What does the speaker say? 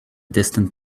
distant